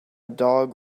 dog